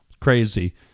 crazy